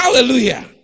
hallelujah